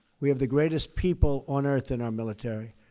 we have the greatest people on earth in our military,